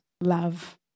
love